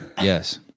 Yes